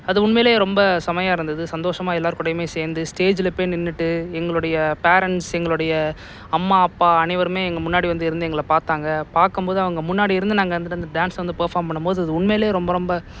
அது உண்மையிலே ரொம்ப செமையாக இருந்தது சந்தோஷமாக எல்லாேர் கூடேயுமே சேர்ந்து ஸ்டேஜில் போய் நின்றுட்டு எங்களுடைய பேரன்ட்ஸ் எங்களுடைய அம்மா அப்பா அனைவருமே எங்கள் முன்னாடி வந்து இருந்து எங்களை பார்த்தாங்க பார்க்கம் போது அவங்க முன்னாடி இருந்து நாங்கள் இந்த இந்த டான்ஸ் வந்து பெர்ஃபார்ம் பண்ணும்போது அது உண்மையிலே ரொம்ப ரொம்ப